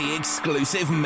exclusive